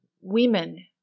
women